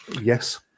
Yes